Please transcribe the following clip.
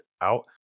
out